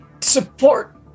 support